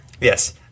Yes